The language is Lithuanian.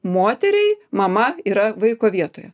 moteriai mama yra vaiko vietoje